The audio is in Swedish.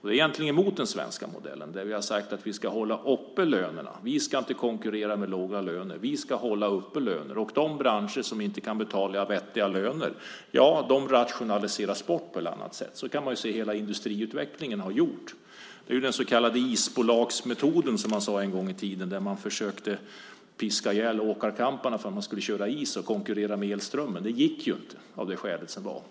Det är egentligen emot den svenska modellen, där vi har sagt att vi ska hålla uppe lönerna. Vi ska inte konkurrera med låga löner. Vi ska hålla uppe löner, och de branscher som inte kan betala vettiga löner rationaliseras bort på ett eller annat sätt. Så kan man se att det har varit under hela industriutvecklingen. Det är den så kallade isbolagsmetoden, som man sade en gång i tiden. Man försökte piska ihjäl åkarkamparna för att man skulle köra is och konkurrera med elströmmen. Det gick ju inte.